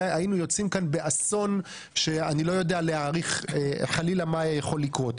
היה יוצאים כאן באסון שאני לא יודע להעריך חלילה מה יכול היה לקרות.